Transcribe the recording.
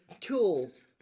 tools